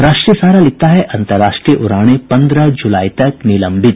राष्ट्रीय सहारा लिखता है अन्तर्राष्ट्रीय उड़ाने पन्द्रह जुलाई तक निलंबित